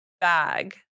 bag